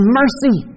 mercy